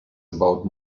about